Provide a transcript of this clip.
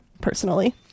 personally